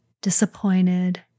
disappointed